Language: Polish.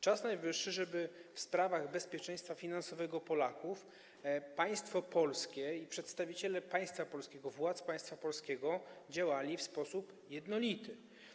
Czas najwyższy, żeby w sprawach bezpieczeństwa finansowego Polaków państwo polskie, przedstawiciele państwa polskiego, władz państwa polskiego działali w sposób jednolity.